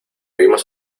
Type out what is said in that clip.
vimos